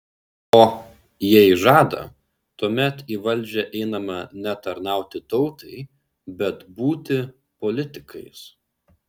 o jei žada tuomet į valdžią einama ne tarnauti tautai bet būti politikais